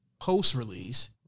post-release